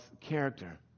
character